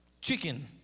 Chicken